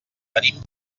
venim